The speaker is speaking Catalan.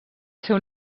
seu